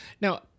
Now